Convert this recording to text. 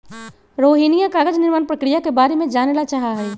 रोहिणीया कागज निर्माण प्रक्रिया के बारे में जाने ला चाहा हई